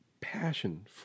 passion